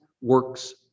works